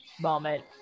moment